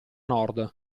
nord